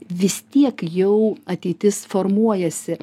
vis tiek jau ateitis formuojasi